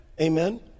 Amen